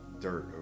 dirt